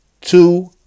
two